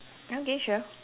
okay sure